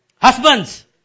Husbands